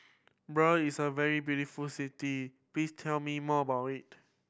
Bern is a very beautiful city please tell me more about it